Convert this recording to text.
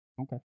Okay